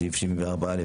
סעיף 74א,